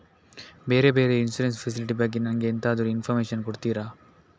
ಬೇರೆ ಬೇರೆ insurance facility ಬಗ್ಗೆ ನನಗೆ ಎಂತಾದ್ರೂ ಇನ್ಫೋರ್ಮೇಷನ್ ಕೊಡ್ತೀರಾ?